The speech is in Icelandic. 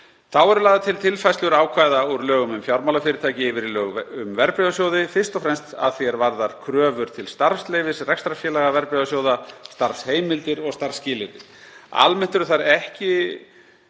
Þá eru lagðar til tilfærslur ákvæða úr lögum um fjármálafyrirtæki yfir í lög um verðbréfasjóði, fyrst og fremst að því er varðar kröfur til starfsleyfis rekstrarfélaga verðbréfasjóða, starfsheimildir og starfsskilyrði.